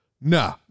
nah